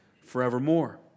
forevermore